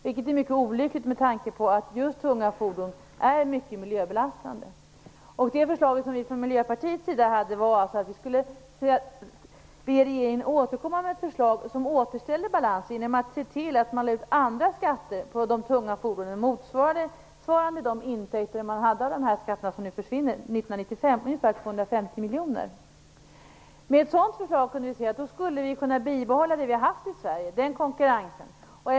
Det är mycket olyckligt, med tanke på att just tunga fordon är mycket miljöbelastande. Det förslag som vi hade från Miljöpartiets sida var alltså att riksdagen skulle be regeringen återkomma med ett förslag som återställer balansen, genom att se till att andra skatter på de tunga fordonen motsvarar de intäkter av skatter på ungefär 250 miljoner som man hade 1995 men som nu försvinner. Med ett sådant förslag skulle vi kunna behålla den konkurrens vi har haft i Sverige.